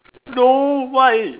no why